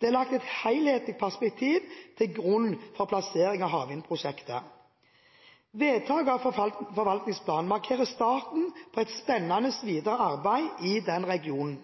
Det er lagt et helhetlig perspektiv til grunn for plassering av havvindprosjekter. Vedtaket av forvaltningsplanen markerer starten på et spennende videre arbeid i regionen.